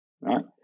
right